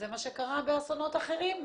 זה מה שקרה באסונות אחרים.